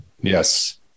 Yes